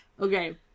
Okay